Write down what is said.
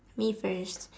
me first